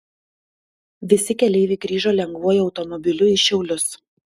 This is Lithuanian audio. visi keleiviai grįžo lengvuoju automobiliu į šiaulius